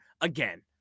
again